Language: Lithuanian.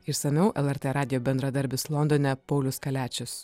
išsamiau lrt radijo bendradarbis londone paulius kaliačius